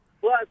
Plus